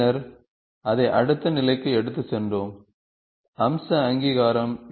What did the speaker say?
பின்னர் அதை அடுத்த நிலைக்கு எடுத்துச் சென்றோம் அம்ச அங்கீகாரம்